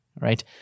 right